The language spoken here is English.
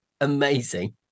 amazing